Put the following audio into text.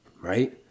Right